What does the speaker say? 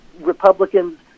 Republicans